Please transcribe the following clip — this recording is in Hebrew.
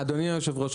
אדוני היושב-ראש,